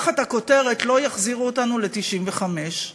תחת הכותרת "לא יחזירו אותנו ל-1995'":